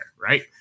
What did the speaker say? right